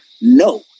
No